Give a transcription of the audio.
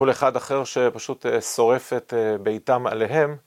כל אחד אחר שפשוט שורף את ביתם עליהם.